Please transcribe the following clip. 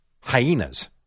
hyenas